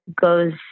goes